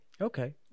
Okay